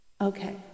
Okay